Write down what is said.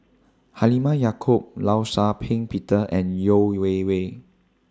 Halimah Yacob law Shau Ping Peter and Yeo Wei Wei